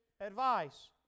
advice